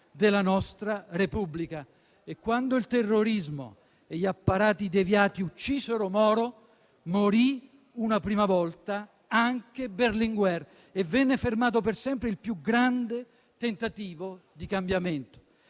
della nostra Repubblica. Quando il terrorismo e gli apparati deviati uccisero Moro, morì una prima volta anche Berlinguer. E venne fermato per sempre il più grande tentativo di cambiamento.